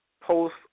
post